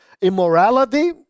immorality